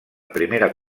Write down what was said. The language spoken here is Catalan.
primera